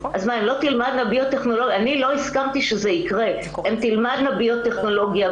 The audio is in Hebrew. אז מה, הן לא תלמדנה ביו-טכנולוגיה?